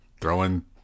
throwing